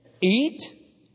Eat